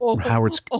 Howard's